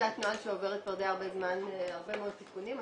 שעוברת כבר הרבה זמן הרבה מאוד תיקונים.